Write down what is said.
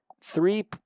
Three